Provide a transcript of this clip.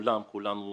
כולם נרתמו